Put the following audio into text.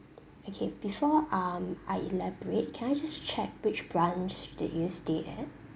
okay before um I elaborate can I just check which branch did you stay at